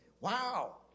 Wow